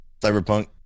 Cyberpunk